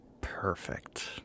Perfect